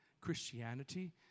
Christianity